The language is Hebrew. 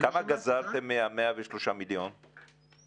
כמה גזרתם מ-103 מיליון השקלים?